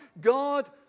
God